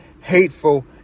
Hateful